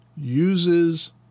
uses